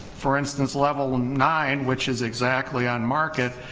for instance level nine which is exactly on market,